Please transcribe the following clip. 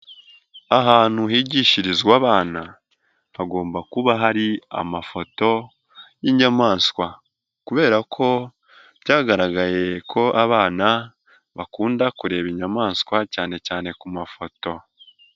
Ahantu higishirizwa abana hagomba kuba hari amafoto y'inyamaswa, kubera ko byagaragaye ko abana bakunda kureba inyamaswa cyane cyane ku mafoto.